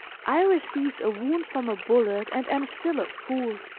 i received a wound from a bullet and am still a fool,